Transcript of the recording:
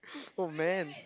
oh man